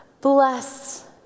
bless